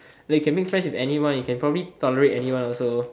like you can make friends with anyone you can probably tolerate anyone also